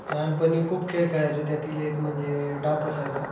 लहानपणी खूप खेळ खेळायचो त्यातील एक म्हणजे डाप असायचा